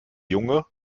junge